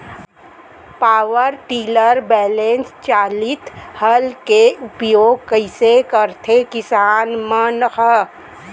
Power tiller बैलेंस चालित हल के उपयोग कइसे करथें किसान मन ह?